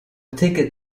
ticket